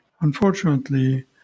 unfortunately